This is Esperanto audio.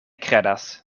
kredas